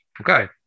okay